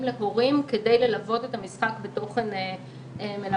להורים כדי ללוות את המשחק בתוכן מלמד.